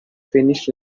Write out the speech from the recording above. finish